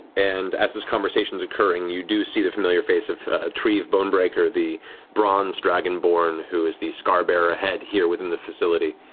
and as this conversation's occurring you do see the familiar face of treev bonebreaker, the bronze dragonborn who is the scarbearer head here within the facility,